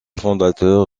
fondateur